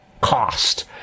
cost